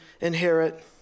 inherit